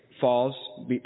falls